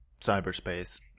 cyberspace